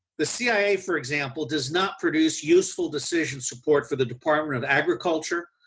the cia for example does not produce useful decision support for the department of agriculture,